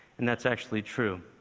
and that's actually true.